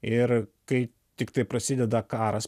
ir kai tiktai prasideda karas